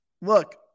Look